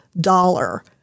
dollar